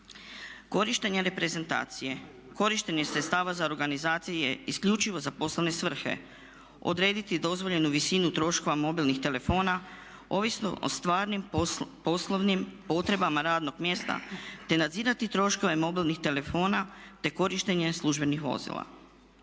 korištenja reprezentacije, korištenje sredstava za organizaciju isključivo za poslovne svrhe. Odrediti dozvoljenu visinu troškova mobilnih telefona ovisno o stvarnim poslovnim potrebama radnog mjesta te nadzirati troškove mobilnih telefona te korištenje službenih vozila.